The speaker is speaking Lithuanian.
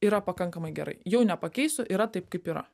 yra pakankamai gerai jau nepakeisiu yra taip kaip yra